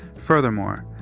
furthermore,